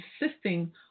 insisting